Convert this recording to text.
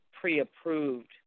pre-approved